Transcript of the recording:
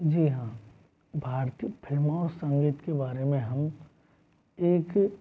जी हाँ भारतीय फिल्मों और संगीत के बारे में हम एक